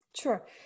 Sure